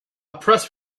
press